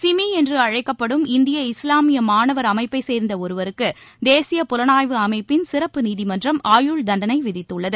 சிமி என்று அழைக்கப்படும் இந்திய இஸ்லாமிய மாணவர் அமைப்பைச் சேர்ந்த ஒருவருக்கு தேசிய புலனாய்வு அமைப்பின் சிறப்பு நீதிமன்றம் ஆயுள் தண்டனை விதித்துள்ளது